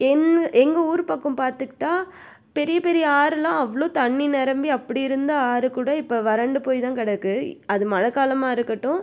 என்னு எங்கள் ஊர் பக்கம் பார்த்துக்கிட்டா பெரிய பெரிய ஆறுலாம் அவ்வளோ தண்ணி நெரம்பி அப்படி இருந்த ஆறு கூட இப்போ வறண்டு போய் தான் கிடக்கு அது மழை காலமாக இருக்கட்டும்